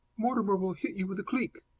mortimer will hit you with a cleek.